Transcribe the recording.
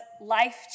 life